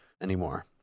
anymore